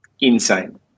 Insane